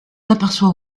aperçoit